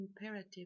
imperative